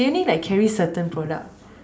they only like carry certain products